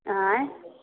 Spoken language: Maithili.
अँए